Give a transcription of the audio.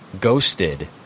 Ghosted